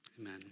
Amen